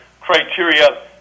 criteria